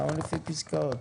למה לפי פסקאות?